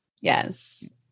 Yes